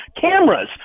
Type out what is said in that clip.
cameras